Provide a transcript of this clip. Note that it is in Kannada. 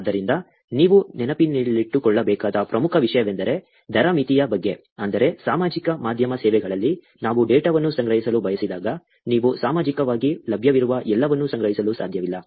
ಆದ್ದರಿಂದ ನೀವು ನೆನಪಿನಲ್ಲಿಟ್ಟುಕೊಳ್ಳಬೇಕಾದ ಪ್ರಮುಖ ವಿಷಯವೆಂದರೆ ದರ ಮಿತಿಯ ಬಗ್ಗೆ ಅಂದರೆ ಸಾಮಾಜಿಕ ಮಾಧ್ಯಮ ಸೇವೆಗಳಲ್ಲಿ ನಾವು ಡೇಟಾವನ್ನು ಸಂಗ್ರಹಿಸಲು ಬಯಸಿದಾಗ ನೀವು ಸಾಮಾಜಿಕವಾಗಿ ಲಭ್ಯವಿರುವ ಎಲ್ಲವನ್ನೂ ಸಂಗ್ರಹಿಸಲು ಸಾಧ್ಯವಿಲ್ಲ